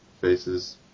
faces